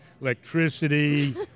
electricity